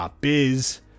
.biz